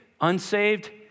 unsaved